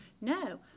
no